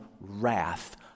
wrath